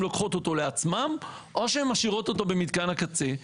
לוקחות אותו לעצמן או שהן משאירות אותו במתקן הקצה.